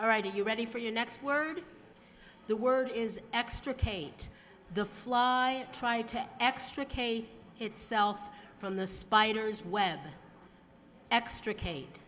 all right are you ready for your next word the word is extricate the fly and try to extricate itself from the spider's web extricate